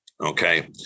Okay